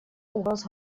угроз